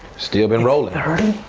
still been rollin'.